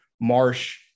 Marsh